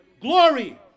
glory